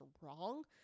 wrong